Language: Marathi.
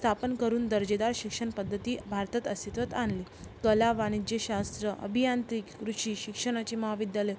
स्थापन करून दर्जेदार शिक्षणपद्धत भारतात अस्तित्वात आणली कला वाणिज्य शास्त्र अभियांत्रिकी कृषी शिक्षणाची महाविद्यालये